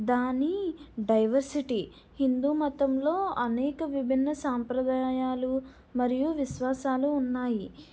దాని డైవర్సిటీ హిందూమతంలో అనేక విభిన్న సంప్రదాయాలు మరియు విశ్వాసాలు ఉన్నాయి